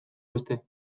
beste